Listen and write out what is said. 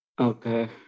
Okay